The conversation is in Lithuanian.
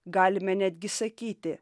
galime netgi sakyti